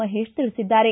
ಮಹೇಶ್ ತಿಳಿಸಿದ್ದಾರೆ